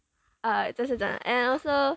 uh 这是真的 and also